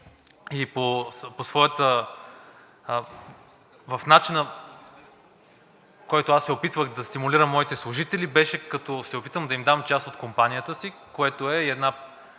иновативен, и начина, по който аз се опитвах да стимулирам моите служители, беше, като се опитам да им дам част от компанията си, което е и една